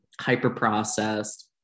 Hyper-processed